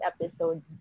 episode